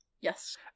yes